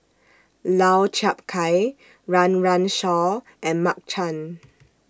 Lau Chiap Khai Run Run Shaw and Mark Chan